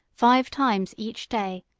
five times each day,